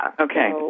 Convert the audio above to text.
Okay